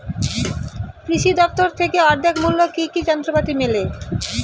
কৃষি দফতর থেকে অর্ধেক মূল্য কি কি যন্ত্রপাতি মেলে?